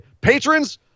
Patrons